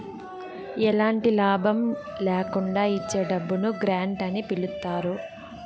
ఎలాంటి లాభం ల్యాకుండా ఇచ్చే డబ్బును గ్రాంట్ అని పిలుత్తారు